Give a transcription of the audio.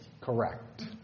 Correct